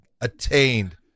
attained